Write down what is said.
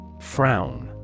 Frown